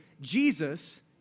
Jesus